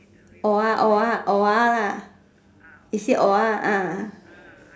awhile awhile awhile lah you sit awhile ah